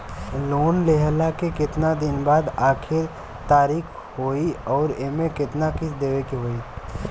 Loan लेहला के कितना दिन के बाद आखिर तारीख होई अउर एमे कितना किस्त देवे के होई?